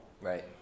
Right